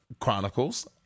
chronicles